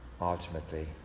ultimately